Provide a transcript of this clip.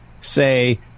say